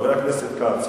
חבר הכנסת כץ,